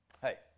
hey